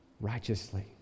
righteously